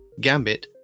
Gambit